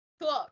cool